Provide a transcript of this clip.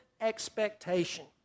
expectation